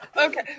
Okay